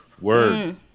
Word